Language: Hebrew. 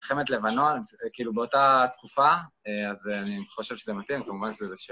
מלחמת לבנון, כאילו באותה תקופה, אז אני חושב שזה מתאים, כמובן שזה איזה שיר.